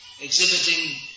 exhibiting